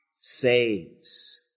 saves